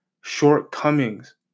shortcomings